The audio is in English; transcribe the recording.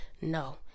No